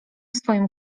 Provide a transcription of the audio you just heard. swoim